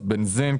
אז בנזין,